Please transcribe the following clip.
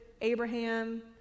Abraham